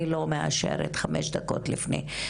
אני לא מאשרת חמש דקות לפני,